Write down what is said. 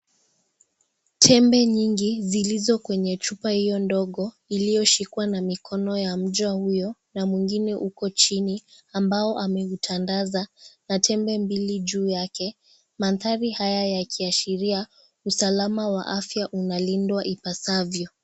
Tembe nyingi zilizo kwenye chupa hiyo ndogo, iliyoshikwa na mikono ya mja huyo. Na mwingine huko chini ambao anautandaza na tembe mbili juu yake. Mandthari haya yakiashiria, usalama wa afya unalindwa ipasavyo.